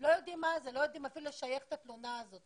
לא יודעים מה זה ולא יודעים להיכן לשייך את התלונה הזאת.